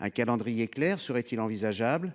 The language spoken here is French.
Un calendrier clair est il envisageable ?